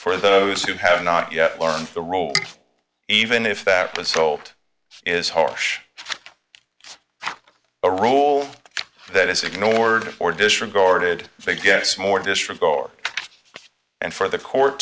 for those who have not yet learned the rule even if that was told is harsh a role that is ignored or disregarded begets more disregard and for the court